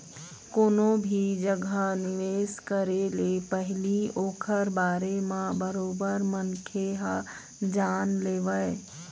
कोनो भी जघा निवेश करे ले पहिली ओखर बारे म बरोबर मनखे ह जान लेवय